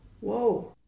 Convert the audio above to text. whoa